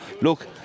look